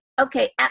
Okay